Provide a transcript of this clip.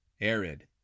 Arid